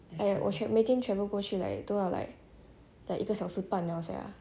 !aiyo! 我每天全部过去 like 都要 like like 一个小时半 liao sia